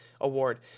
Award